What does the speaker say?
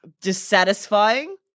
dissatisfying